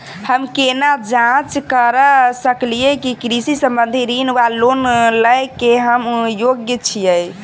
हम केना जाँच करऽ सकलिये की कृषि संबंधी ऋण वा लोन लय केँ हम योग्य छीयै?